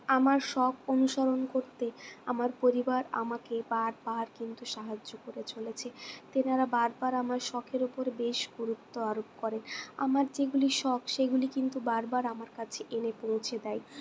আমার শখ অনুসরণ করতে আমার পরিবার আমাকে বার বার কিন্তু সাহায্য করে চলেছে তেনারা বার বার আমার শখের উপরে বেশ গুরুত্ব আরোপ করে আমার যেগুলি শখ সেগুলি কিন্তু বারবার আমার কাছে এনে পৌঁছে দেয়